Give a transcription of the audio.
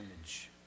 image